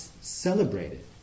celebrated